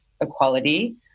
equality